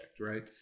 right